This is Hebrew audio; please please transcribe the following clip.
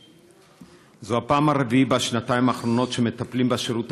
זו הפעם הרביעית בשנתיים האחרונות שמטפלים בשירות